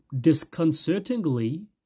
Disconcertingly